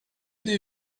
des